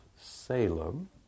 Salem